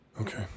Okay